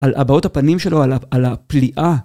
על הבאות הפנים שלו, על ה.. על הפליאה.